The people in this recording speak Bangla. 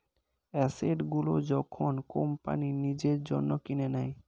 অ্যাসেট গুলো যখন কোম্পানি নিজের জন্য কিনে নেয়